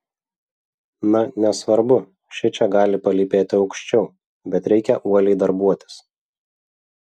na nesvarbu šičia gali palypėti aukščiau bet reikia uoliai darbuotis